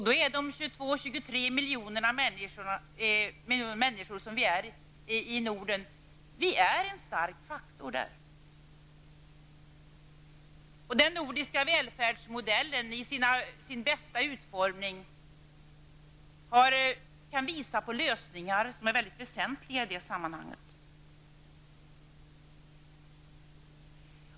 Då är de 22--23 miljoner människor som finns i Norden en stark faktor. Den nordiska välfärdsmodellen i sin bästa utformning kan visa på lösningar som är mycket väsentliga i det sammanhanget.